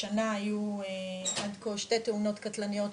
השנה היו עד כה 2 תאונות קטלניות,